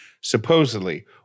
Supposedly